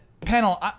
Panel